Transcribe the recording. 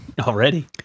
Already